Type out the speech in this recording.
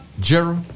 Gerald